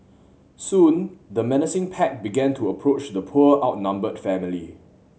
soon the menacing pack began to approach the poor outnumbered family